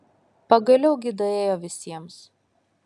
pagaliau gi daėjo visiems